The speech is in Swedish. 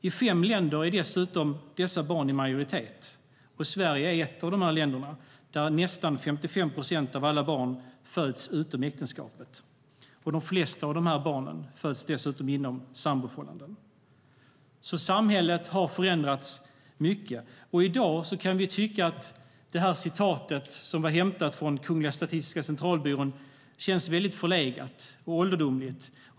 I fem länder är dessa barn dessutom i majoritet. Sverige är ett av länderna. Nästan 55 procent av alla barn i Sverige föds utom äktenskapet. De flesta av dem föds inom samboförhållanden. Samhället har förändrats mycket. I dag kan vi tycka att citatet, som var hämtat från Kungliga Statistiska Centralbyrån, känns väldigt förlegat och ålderdomligt.